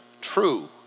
true